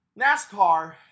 NASCAR